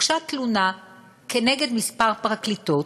הוגשה תלונה נגד כמה פרקליטות